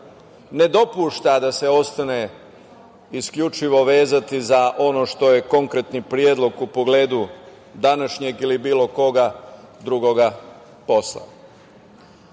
ne dopušta da se ostane isključivo vezati za ono što je konkretni predlog u pogledu današnjeg ili bilo kog drugog posla.